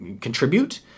contribute